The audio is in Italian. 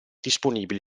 disponibili